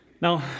Now